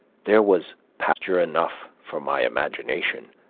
there was pasture enough for my imagination.